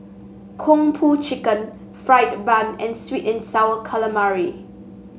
Kung Po Chicken fried bun and sweet and sour calamari